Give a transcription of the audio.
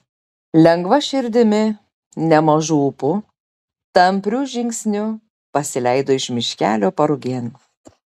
lengva širdimi nemažu ūpu tampriu žingsniu pasileido iš miškelio parugėn